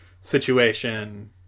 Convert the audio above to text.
Situation